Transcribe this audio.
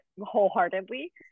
wholeheartedly